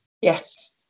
yes